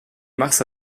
mars